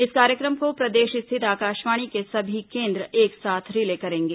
इस कार्यक्रम को प्रदेश स्थित आकाशवाणी के सभी केन्द्र एक साथ रिले करेंगे